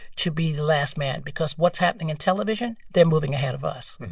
to be the last man. because what's happening in television? they're moving ahead of us.